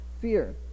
fear